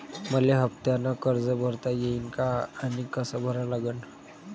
मले हफ्त्यानं कर्ज भरता येईन का आनी कस भरा लागन?